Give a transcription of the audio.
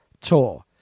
Tour